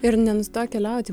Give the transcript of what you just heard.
ir nenustoja keliauti